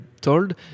told